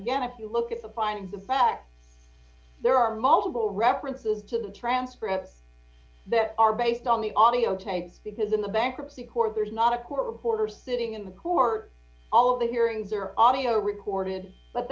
again if you look at the findings of fact there are multiple references to the transcripts that are based on the audiotapes because in the bankruptcy court there's not a court reporter sitting in the corps all the hearings are audioboo recorded but